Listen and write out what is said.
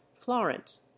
florence